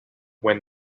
when